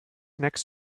next